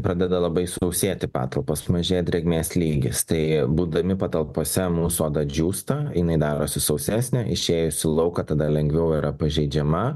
pradeda labai sausėti patalpos sumažėja drėgmės lygis tai būdami patalpose mūsų oda džiūsta jinai darosi sausesnė išėjus į lauką tada lengviau yra pažeidžiama